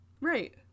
Right